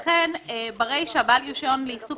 אני מקריאה את 3(ג): "בעל רישיון לעיסוק